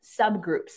subgroups